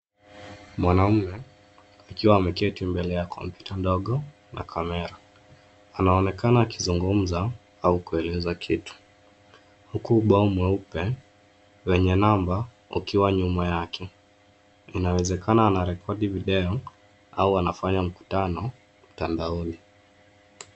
Mwanaume akiwa ameketi mbele ya komoyuta ndogo na kamera anaonekana akizungumza au kueleza kitu. Huku ubao mweupe wenye namba ukiwa nyuma yake . Inawezekana anarekodi video au anafanya mkutano mtandaoni.